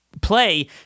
play